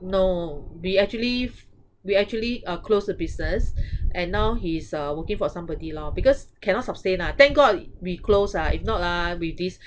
no we actually f~ we actually uh close the business and now he's uh working for somebody lor because cannot sustain ah thank god we close ah if not ah with this